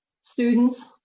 students